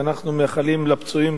אנחנו מאחלים לפצועים